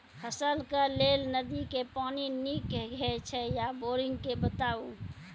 फसलक लेल नदी के पानि नीक हे छै या बोरिंग के बताऊ?